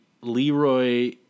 leroy